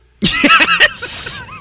yes